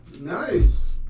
Nice